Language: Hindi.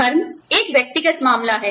धर्म एक व्यक्तिगत मामला है